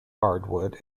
hardwood